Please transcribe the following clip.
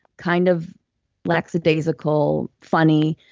kind of lackadaisical, funny.